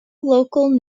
local